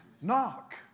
Knock